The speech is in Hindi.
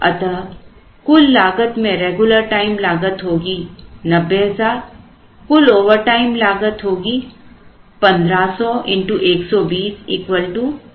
अतः कुल लागत में रेगुलर टाइम लागत होगी 90000 कुल ओवरटाइम लागत होगी 1500 120 कुल180000